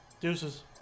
Deuces